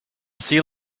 sea